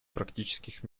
практических